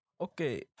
okay